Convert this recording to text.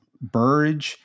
Burge